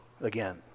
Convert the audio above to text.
again